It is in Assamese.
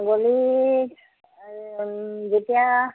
গলিত এই যেতিয়া